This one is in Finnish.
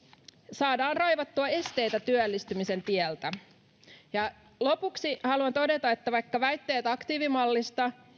saadaan raivattua esteitä työllistymisen tieltä lopuksi haluan todeta että vaikka väitteet aktiivimallista